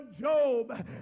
Job